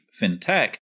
fintech